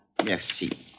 Merci